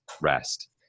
rest